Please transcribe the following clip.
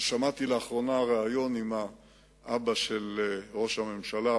שמעתי לאחרונה ריאיון עם אבא של ראש הממשלה,